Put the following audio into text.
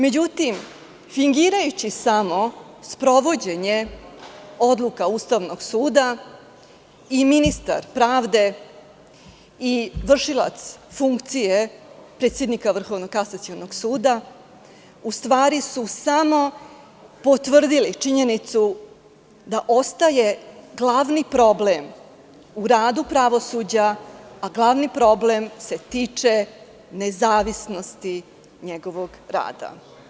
Međutim, fingirajući samo sprovođenje odluka Ustavnog suda, i ministar pravde i vršilac funkcije predsednika Vrhovnog kasacionog suda u stvari su samo potvrdili činjenicu da ostaje glavni problem u radu pravosuđa, a glavni problem se tiče nezavisnosti njegovog rada.